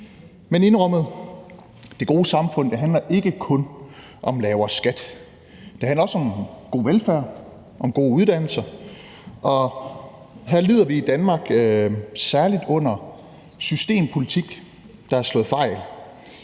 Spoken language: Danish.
Men indrømmet, det gode samfund handler ikke kun om lavere skat – det handler også om god velfærd, om gode uddannelser, og her lider vi i Danmark særlig under systempolitik, der er slået fejl.